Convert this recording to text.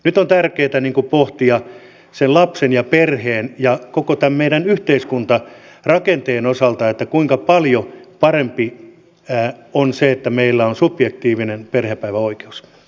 nyt on tärkeätä pohtia sen lapsen ja perheen ja koko tämän meidän yhteiskuntarakenteen osalta kuinka paljon parempi on se että meillä on subjektiivinen perhepäiväoikeus